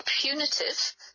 punitive